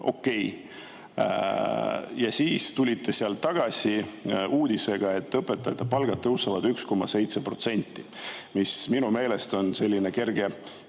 okei. Ja siis tulite tagasi uudisega, et õpetajate palgad tõusevad 1,7%, mis minu meelest on selline kerge